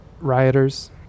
rioters